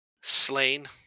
slain